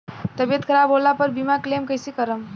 तबियत खराब होला पर बीमा क्लेम कैसे करम?